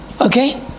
Okay